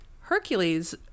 Hercules